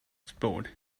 explode